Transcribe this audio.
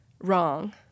wrong